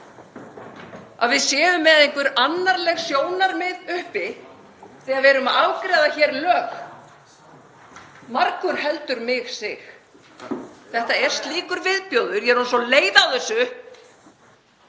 að við séum með einhver annarleg sjónarmið uppi þegar við erum að afgreiða hér lög? Margur heldur mig sig. Þetta er slíkur viðbjóður, ég er orðin svo leið á þessu,